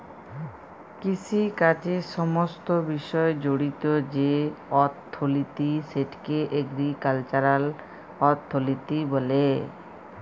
কিষিকাজের সমস্ত বিষয় জড়িত যে অথ্থলিতি সেটকে এগ্রিকাল্চারাল অথ্থলিতি ব্যলে